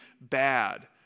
bad